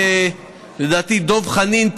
לדעתי דב חנין,